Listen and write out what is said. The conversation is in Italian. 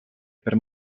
per